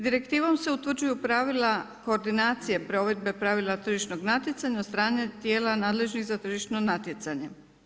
Direktivom se utvrđuju pravila koordinacije provedbe pravila tržišnog natjecanja od strane tijela nadležnih za tržišno natjecanje.